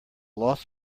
loss